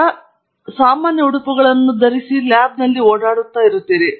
ನಾವು ಪ್ರಯೋಗಾಲಯದಲ್ಲಿ ಧರಿಸಿರುವ ಸಾಮಾನ್ಯ ಉಡುಪುಗಳನ್ನು ನಿಮ್ಮೊಂದಿಗೆ ಚರ್ಚಿಸುವುದರ ಮೂಲಕ ಪ್ರಾರಂಭಿಸುತ್ತೇನೆ